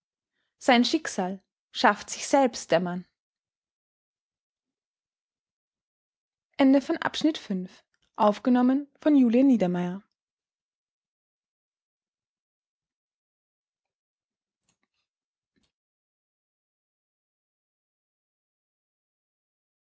sein schicksal schafft sich selbst der mann